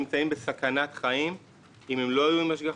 נמצאים בסכנת חיים אם הם לא יהיו עם השגחה.